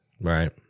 right